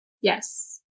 Yes